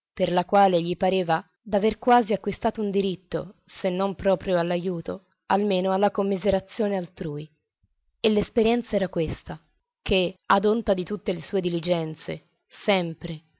per la quale gli pareva d'aver quasi acquistato un diritto se non proprio all'aiuto almeno alla commiserazione altrui e l'esperienza era questa che ad onta di tutte le sue diligenze sempre